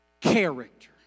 character